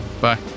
bye